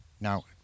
Now